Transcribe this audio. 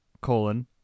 colon